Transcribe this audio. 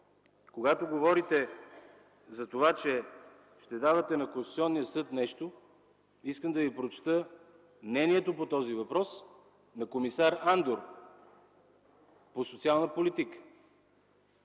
когато говорите за това, че ще давате на Конституционния съд нещо, искам да ви прочета мнението по този въпрос на комисаря по социалната политика